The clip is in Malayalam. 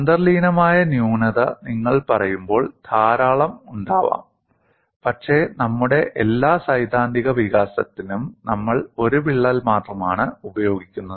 അന്തർലീനമായ ന്യൂനത നിങ്ങൾ പറയുമ്പോൾ ധാരാളം ഉണ്ടാവാം പക്ഷേ നമ്മുടെ എല്ലാ സൈദ്ധാന്തിക വികാസത്തിനും നമ്മൾ ഒരു വിള്ളൽ മാത്രമാണ് ഉപയോഗിക്കുന്നത്